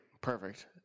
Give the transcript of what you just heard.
Perfect